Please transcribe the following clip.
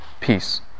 peace